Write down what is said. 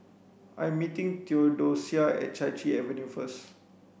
I meeting Theodocia at Chai Chee Avenue first